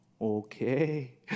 okay